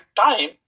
time